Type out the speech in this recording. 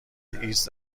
ایدز